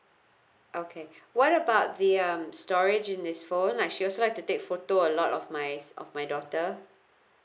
okay what about the um storage in this phone like she also like to take photo a lot of my of my daughter